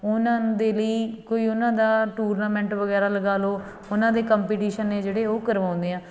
ਉਹਨਾਂ ਦੇ ਲਈ ਕੋਈ ਉਹਨਾਂ ਦਾ ਟੂਰਨਾਮੈਂਟ ਵਗੈਰਾ ਲਗਾ ਲੋ ਉਹਨਾਂ ਦੇ ਕੰਪੀਟੀਸ਼ਨ ਨੇ ਜਿਹੜੇ ਉਹ ਕਰਵਾਉਂਦੇ ਹਾਂ